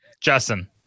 Justin